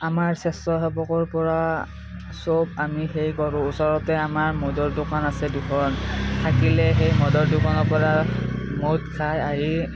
আমাৰ স্বেচ্ছাসেৱকৰ পৰা চব আমি সেই কৰোঁ ওচৰতে আমাৰ মদৰ দোকান আছে দুখন থাকিলে সেই মদৰ দোকানৰ পৰা মদ খাই আহি